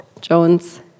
Jones